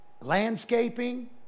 landscaping